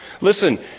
Listen